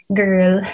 girl